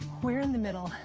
we're in the middle